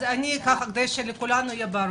אז אני רוצה לסכם כדי שיהיה ברור,